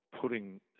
putting